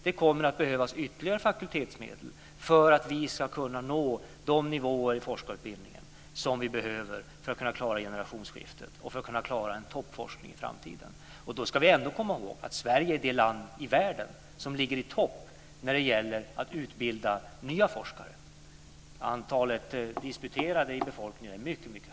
Det kommer att behövas ytterligare fakultetsmedel för att vi ska kunna nå de nivåer i forskarutbildningen som vi behöver för att klara generationsskiftet och en toppforskning i framtiden. Då ska vi ändå komma ihåg att Sverige är det land i världen som ligger i topp när det gäller att utbilda nya forskare. Antalet disputerade i befolkningen är mycket högt.